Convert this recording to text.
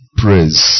praise